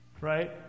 Right